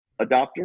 adopter